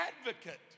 advocate